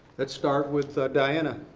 let's start with diana.